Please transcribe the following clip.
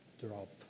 drop